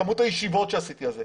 כמות הישיבות שעשיתי על זה,